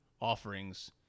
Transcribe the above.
offerings